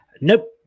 Nope